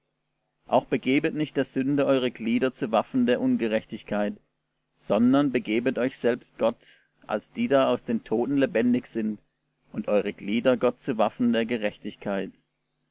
auch begebet nicht der sünde eure glieder zu waffen der ungerechtigkeit sondern begebet euch selbst gott als die da aus den toten lebendig sind und eure glieder gott zu waffen der gerechtigkeit